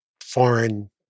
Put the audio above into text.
foreign